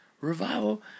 Revival